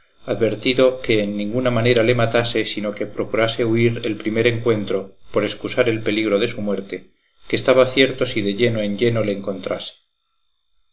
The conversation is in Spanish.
advertido que en ninguna manera le matase sino que procurase huir el primer encuentro por escusar el peligro de su muerte que estaba cierto si de lleno en lleno le encontrase